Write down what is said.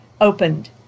opened